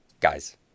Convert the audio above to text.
guys